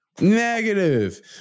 negative